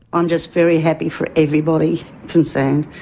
i'm just very happy for everybody concerned,